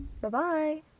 Bye-bye